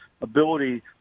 ability